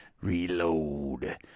Reload